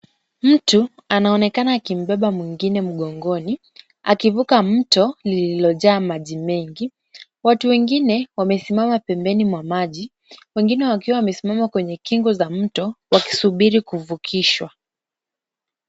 Mtu anaonekana akimbeba mwingine mgongoni akivuka mto lililojaa maji mengi, watu wengine wamesimama pembeni mwa maji wengine wakiwa wamesimama kwenye kingo za mto wakisubiri kuvukishwa.